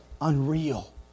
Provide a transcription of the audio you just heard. unreal